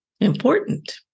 important